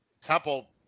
Temple